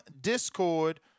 Discord